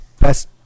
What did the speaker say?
best